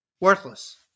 Worthless